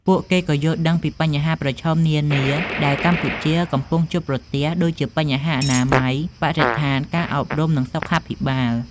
ពួកគេក៏យល់ដឹងពីបញ្ហាប្រឈមនានាដែលកម្ពុជាកំពុងជួបប្រទះ ដូចជាបញ្ហាអនាម័យ បរិស្ថាន ការអប់រំ និងសុខាភិបាល។